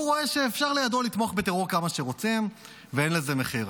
והוא רואה שאפשר לתמוך בטרור כמה שרוצים ואין לזה מחיר?